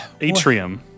Atrium